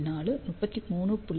4 33